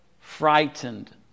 frightened